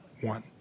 one